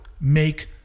make